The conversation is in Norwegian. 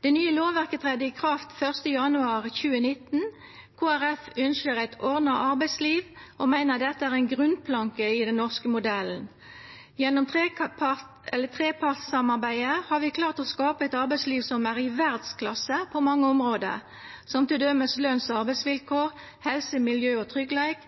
Det nye lovverket tredde i kraft 1. januar 2019. Kristeleg Folkeparti ynskjer eit ordna arbeidsliv og meiner dette er ein grunnplanke i den norske modellen. Gjennom trepartssamarbeidet har vi klart å skapa eit arbeidsliv som er i verdsklasse på mange område, t.d. når det gjeld løns- og arbeidsvilkår, helse, miljø og tryggleik,